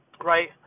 right